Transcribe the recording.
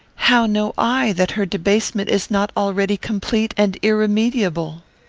how know i that her debasement is not already complete and irremediable?